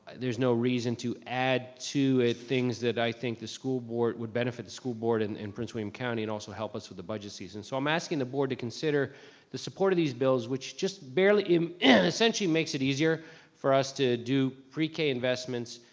there's no reason to add to it things that, i think, the school board, would benefit the school board and and prince william county and also help us with the budget season. so i'm asking the board to consider the support of these bills, which just barely, um and essentially makes it easier for us to do pre-k investments,